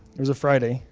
it's a friday,